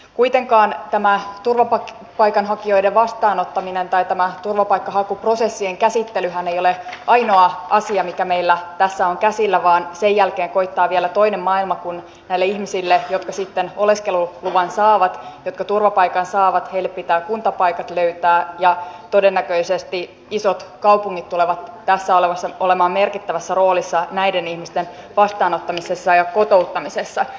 kuitenkaan tämä turvapaikanhakijoiden vastaanottaminen tai tämä turvapaikanhakuprosessien käsittelyhän ei ole ainoa asia mikä meillä tässä on käsillä vaan sen jälkeen koittaa vielä toinen maailma kun näille ihmisille jotka sitten oleskeluluvan saavat ja jotka turvapaikan saavat pitää kuntapaikat löytää ja todennäköisesti isot kaupungit tulevat olemaan merkittävässä roolissa tässä näiden ihmisten vastaanottamisessa ja kotouttamisessa